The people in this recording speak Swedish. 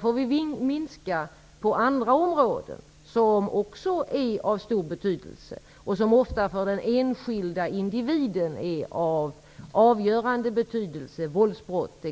får vi minska på andra områden, som ofta för den enskilde individen är av avgörande betydelse -- t.ex. våldsbrott.